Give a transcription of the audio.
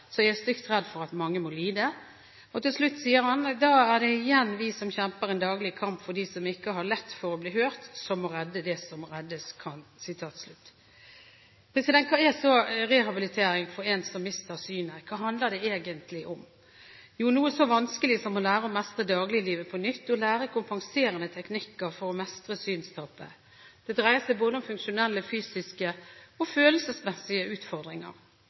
så er jeg stygt redd for at mange må lide.» Til slutt skriver han: «Da er det igjen vi som kjemper en daglig kamp for de som ikke har lett for å bli hørt som må redde det som reddes kan.» Hva er så rehabilitering for en som mister synet? Hva handler det egentlig om? Jo, det handler om noe så vanskelig som å lære å mestre dagliglivet på nytt og å lære kompenserende teknikker for å mestre synstapet. Det dreier seg om både funksjonelle, fysiske og følelsesmessige utfordringer.